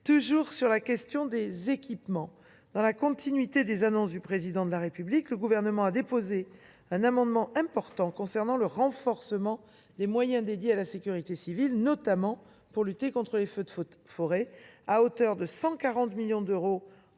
monsieur le rapporteur spécial Vogel, dans la continuité des annonces du Président de la République, le Gouvernement a déposé un amendement important concernant le renforcement des moyens consacrés à la sécurité civile, notamment pour lutter contre les feux de forêt, à hauteur de 140 millions d’euros en